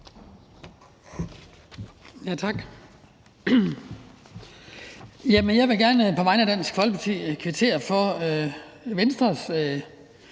Jeg vil gerne på vegne af Dansk Folkeparti kvittere for Venstres